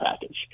package